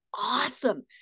awesome